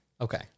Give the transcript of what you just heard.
Okay